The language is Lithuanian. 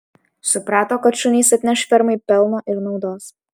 suprato kad šunys atneš fermai pelno ir naudos